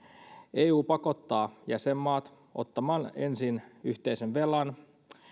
eu pakottaa jäsenmaat ottamaan ensin yhteisen velan